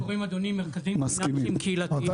מדברים על מרכזים פיננסיים קהילתיים.